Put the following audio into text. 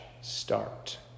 start